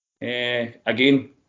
Again